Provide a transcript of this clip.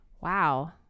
Wow